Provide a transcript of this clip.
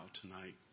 tonight